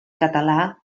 català